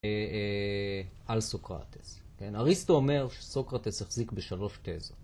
על סוקרטס, כן? אריסטו אומר שסוקרטס החזיק בשלוש תזות.